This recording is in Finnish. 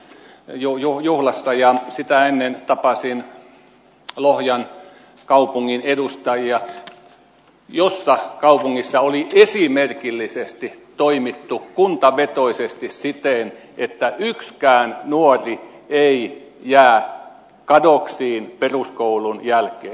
juu juu juu juhlassa ja sitä ennen tapasin lohjan kaupungin edustajia jossa kaupungissa oli esimerkillisesti toimittu kuntavetoisesti siten että yksikään nuori ei jää kadoksiin peruskoulun jälkeen